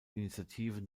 initiative